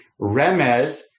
Remez